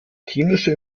chemische